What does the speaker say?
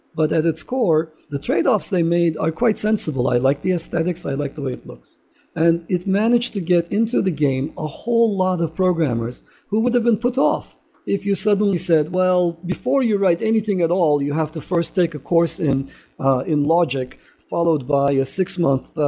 but at its core the tradeoffs they made are quite sensible. i like the aesthetics, i like the way it looks and it managed to get into the game a whole lot of programmers who would've and put off if you suddenly said, well, before you write anything at all, you have to first take a course in in logic followed by a six-month